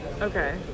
Okay